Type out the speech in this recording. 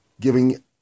giving